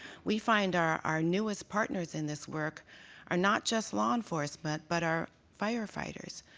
we find our our newest partners in this work are not just law enforcement, but are firefighters.